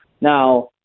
Now